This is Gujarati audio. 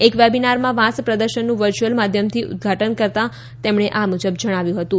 એક વેબિનારમાં વાંસ પ્રદર્શનનું વરર્યુઅલ માધ્યમથી ઉદઘાટન કરતાં તેમણે આ મુજબ જણાવ્યું હતું